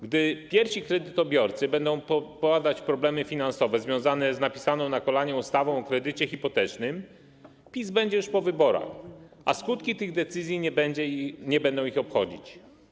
Gdy pierwsi kredytobiorcy będą popadać w problemy finansowe związane z napisaną na kolanie ustawą o kredycie hipotecznym, PiS będzie już po wyborach, a skutki tych decyzji nie będą ich obchodzić.